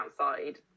outside